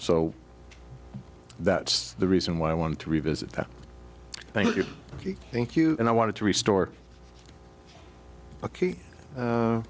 so that's the reason why i wanted to revisit that thank you thank you and i wanted to restore a key